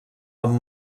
amb